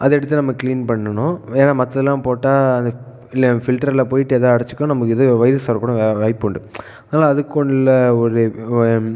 அதை எடுத்து நம்ம கிளீன் பண்ணணும் வேறு மற்றதுலாம் போட்டால் இல்லை பில்டரில் போய்ட்டு எதோ அடைச்சிக்கும் நமக்கு இது வைரஸ் வரக்கூட வாய்ப்பு உண்டு அதுக்குள்ளே ஒரு